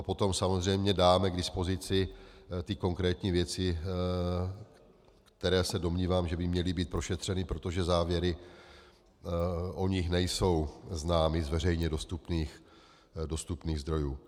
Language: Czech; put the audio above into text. Potom samozřejmě dáme k dispozici konkrétní věci, které se domnívám, že by měly být prošetřeny, protože závěry o nich nejsou známy z veřejně dostupných zdrojů.